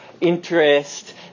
interest